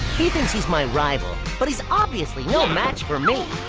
he thinks he's my rival. but he's obviously no match for me.